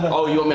oh, you um and